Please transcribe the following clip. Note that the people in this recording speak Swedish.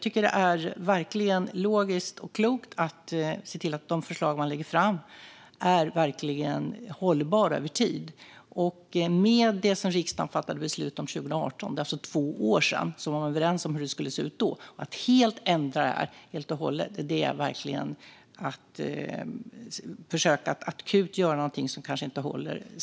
Det är logiskt och klokt att se till att de förslag man lägger fram är hållbara över tid. Riksdagen fattade 2018, för två år sedan, beslut och var överens om hur det skulle se ut. Att helt och hållet ändra det är att göra något akut som sedan kanske inte håller.